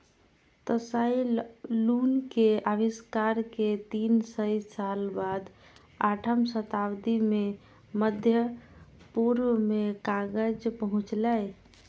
Tsai Lun के आविष्कार के तीन सय साल बाद आठम शताब्दी मे मध्य पूर्व मे कागज पहुंचलै